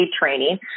training